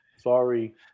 Sorry